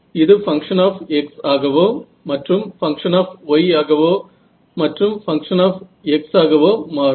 இது function of x ஆகவோ மற்றும் பங்க்ஷன் ஆப் y ஆகவோ மற்றும் பங்க்ஷன் ஆப் x ஆகவோ மாறும்